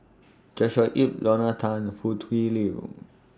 Joshua Ip Lorna Tan Foo Tui Liew